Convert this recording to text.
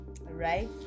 right